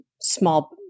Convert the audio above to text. small